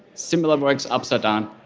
similar works, upside down,